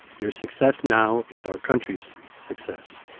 your success now is our country's success.